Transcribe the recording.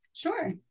Sure